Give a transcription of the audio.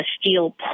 steel